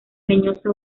leñosa